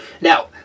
Now